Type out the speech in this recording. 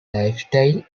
lifestyle